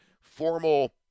formal